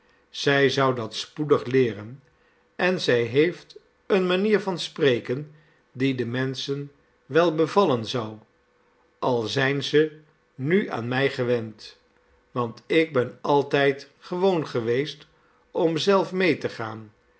zij zou dat spoedig leeren en zij heeft eene manier van spreken die de menschen wel bevallen zou al zijn ze nu aan mij gewend want ik ben altijd gewoon geweest om zelf mee te gaan